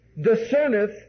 discerneth